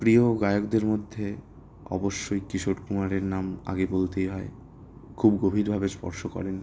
প্রিয় গায়কদের মধ্যে অবশ্যই কিশোর কুমারের নাম আগে বলতেই হয় খুব গভীরভাবে স্পর্শ করেন